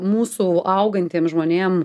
mūsų augantiem žmonėm